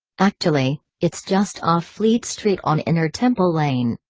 actually, it's just off fleet street on inner temple lane.